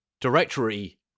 directory